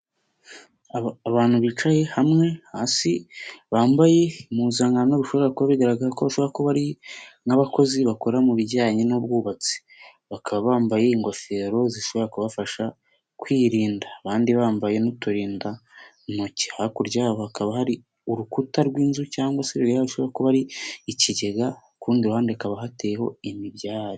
Abantu bicaye hamwe hasi bambaye impuzankano, bishobora kuba bigaragara ko bashobora kuba ari nk'abakozi bakora mu bijyanye n'ubwubatsi. Bakaba bambaye ingofero zishobora kubafasha kwirinda, abandi bambaye n'uturindantoki. Hakurya hakaba hari urukuta rw'inzu cyangwa se rushobora kuba ari ikigega, ku rundi ruhande hakaba hateyeho imibyare.